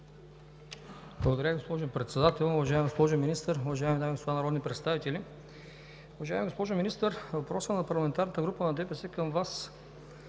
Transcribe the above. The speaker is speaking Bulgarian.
Благодаря Ви, госпожо Председател. Уважаема госпожо Министър, уважаеми дами и господа народни представители! Уважаема госпожо Министър, въпросът на парламентарната група на ДПС към Вас